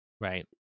right